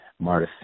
Marta